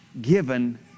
given